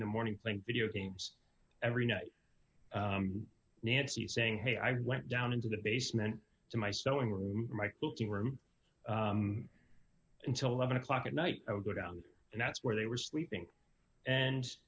in the morning thank videogames every night nancy saying hey i went down into the basement to my sewing room my cooking room until eleven o'clock at night i would go down and that's where they were sleeping and